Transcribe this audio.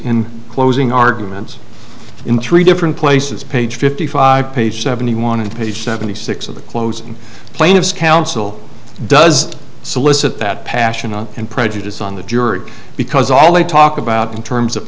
in closing arguments in three different places page fifty five page seventy one and page seventy six of the closing plaintiff's counsel does solicit that passion and prejudice on the jury because all they talk about in terms of